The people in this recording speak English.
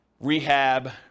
rehab